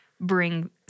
bring